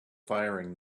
firing